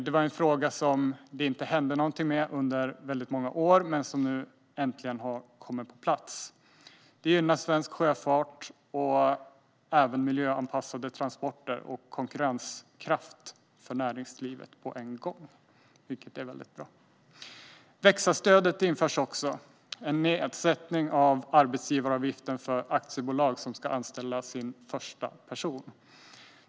Det var en fråga som det inte hände någonting med under väldigt många år, men nu har detta äntligen kommit på plats. Det gynnar svensk sjöfart, miljöanpassade transporter och näringslivets konkurrenskraft på en gång, vilket är väldigt bra. Växa-stödet införs också. Det är en nedsättning av arbetsgivaravgiften för aktiebolag som ska anställa sin första person.